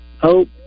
hope